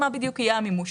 מה בדיוק יהיה המימוש.